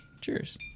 Cheers